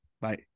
Bye